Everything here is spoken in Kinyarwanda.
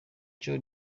cyo